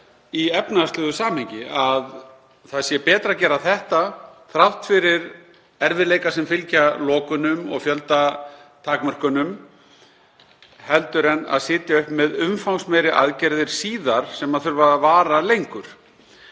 í efnahagslegu samhengi, að betra sé að gera það, þrátt fyrir erfiðleika sem fylgja lokunum og fjöldatakmörkunum, en að sitja uppi með umfangsmeiri aðgerðir síðar sem þurfa að vara lengur.